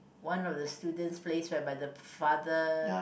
one of the students place whereby the father